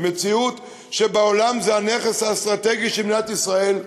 במציאות שבעולם זה הנכס האסטרטגי של מדינת ישראל,